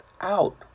out